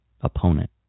opponent